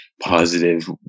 positive